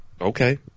Okay